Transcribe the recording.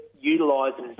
utilises